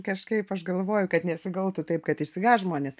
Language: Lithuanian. kažkaip aš galvoju kad nesigautų taip kad išsigąs žmonės